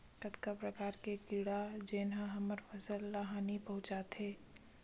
कतका प्रकार के कीड़ा जेन ह हमर फसल ल हानि पहुंचाथे?